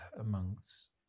amongst